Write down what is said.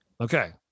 Okay